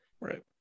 Right